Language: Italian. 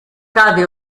cade